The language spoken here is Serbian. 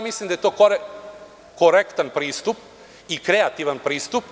Mislim da je to korektan pristup i kreativan pristup.